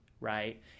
right